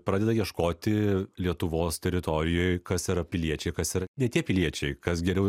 pradeda ieškoti lietuvos teritorijoj kas yra piliečiai kas yra ne tie piliečiai kas geriau